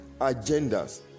agendas